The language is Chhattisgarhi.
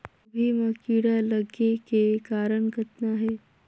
गोभी म कीड़ा लगे के कारण कतना हे?